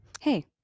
Hey